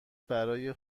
برای